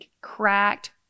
cracked